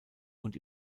und